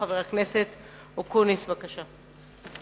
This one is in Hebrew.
חבר הכנסת אקוניס, בבקשה.